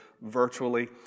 virtually